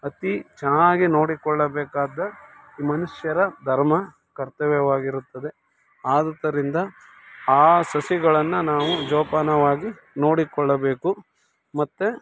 ಅತೀ ಚೆನ್ನಾಗಿ ನೋಡಿಕೊಳ್ಳಬೇಕಾದ ಈ ಮನುಷ್ಯರ ಧರ್ಮ ಕರ್ತವ್ಯವಾಗಿರುತ್ತದೆ ಆದುದರಿಂದ ಆ ಸಸಿಗಳನ್ನು ನಾವು ಜೋಪಾನವಾಗಿ ನೋಡಿಕೊಳ್ಳಬೇಕು ಮತ್ತು